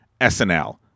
SNL